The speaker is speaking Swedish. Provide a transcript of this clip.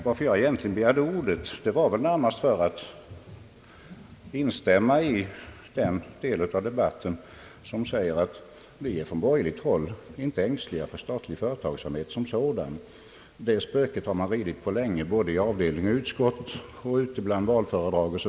Jag begärde egentligen ordet närmast för att instämma med dem som sagt att vi från borgerligt håll inte är ängsliga för statlig företagsamhet som sådan; det spöket har man dragit fram gång på gång, såväl i avdelningen och utskottet som i valpropagandan.